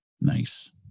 Nice